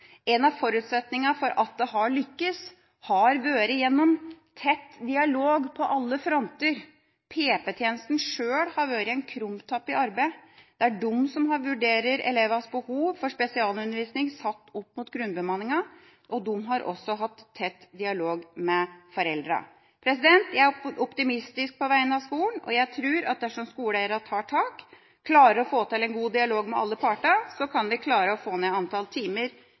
En av forutsetningene for at det har lyktes, har vært tett dialog på alle fronter. PP-tjenesten sjøl har vært en krumtapp i arbeidet. Det er de som vurderer elevenes behov for spesialundervisning satt opp mot grunnbemanninga. De har også hatt tett dialog med foreldrene. Jeg er optimistisk på vegne av skolen. Jeg tror at dersom skoleeierne tar tak og klarer å få til god dialog med alle parter, kan vi klare å få ned antall timer